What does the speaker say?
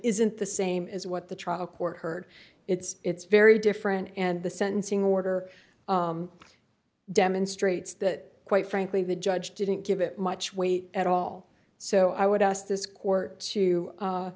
isn't the same as what the trial court heard it's very different and the sentencing order demonstrates that quite frankly the judge didn't give it much weight at all so i would ask this court to